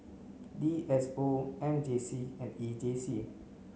D S O M J C and E J C